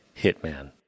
hitman